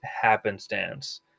happenstance